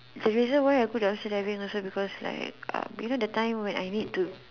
the reason why I go dumpster diving also because like you know that time when I need to